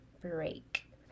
break